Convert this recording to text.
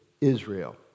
Israel